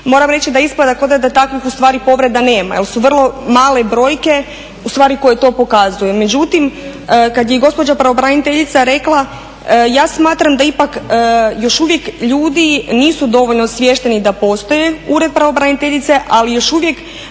moram reći da ispada kao da takvih ustvari povreda nema jer su vrlo male brojke ustvari koje to pokazuju. Međutim, kada je gospođa pravobraniteljica rekla ja smatram da ipak još uvijek ljudi nisu dovoljno osviješteni da postoji ured pravobraniteljice ali još uvijek